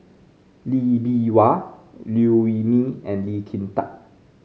Lee Bee Wah Liew Wee Mee and Lee Kin Tat